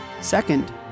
Second